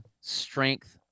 strength